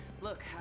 Look